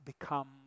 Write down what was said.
become